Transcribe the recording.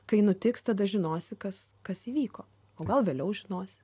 kai nutiks tada žinosi kas kas įvyko o gal vėliau žinosi